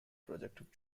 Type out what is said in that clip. projective